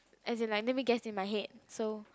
as in like let me guess in my head so